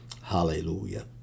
Hallelujah